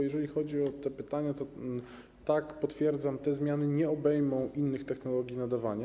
Jeżeli chodzi o te pytania, to tak, potwierdzam, te zmiany nie obejmą innych technologii nadawania.